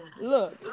look